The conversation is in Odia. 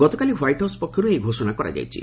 ଗତକାଲି ହ୍ପାଇଟ ହାଉସ ପକ୍ଷରୁ ଏହି ଘୋଷଣା କରାଯାଇଛି